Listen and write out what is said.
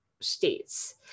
states